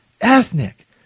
ethnic